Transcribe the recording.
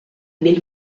del